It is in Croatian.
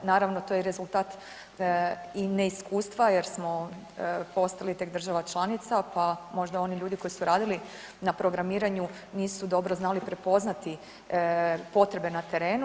Naravno, to je i rezultat i neiskustva jer smo postali tek država članica pa možda oni ljudi koji su radili na programiranju, nisu dobro znali prepoznati potrebe na terenu.